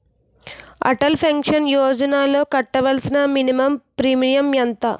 Atal pension యోజనలో కట్టవలసిన minimum premium ఎంత?